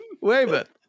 Weymouth